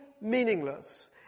meaningless